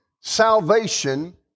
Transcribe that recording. salvation